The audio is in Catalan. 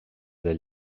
del